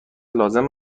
لازم